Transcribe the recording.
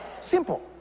Simple